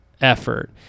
effort